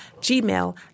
gmail